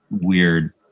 weird